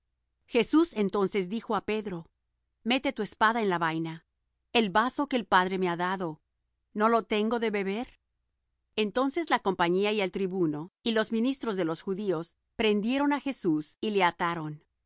jesús entonces dijo á pedro mete tu espada en la vaina el vaso que el padre me ha dado no lo tengo de beber entonces la compañía y el tribuno y los ministros de los judíos prendieron á jesús y le ataron y